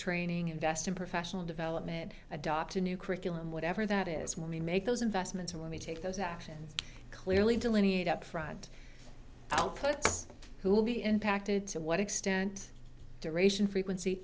training invest in professional development adopt a new curriculum whatever that is when we make those investments and we take those actions clearly delineate upfront outputs who will be impacted to what extent duration frequency